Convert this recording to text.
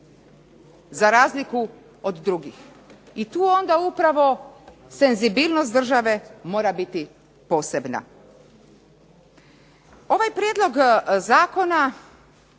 za razliku od drugih. I tu onda upravo senzibilnost države mora biti posebna. Ovaj prijedlog zakona